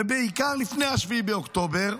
ובעיקר לפני 7 באוקטובר,